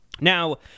Now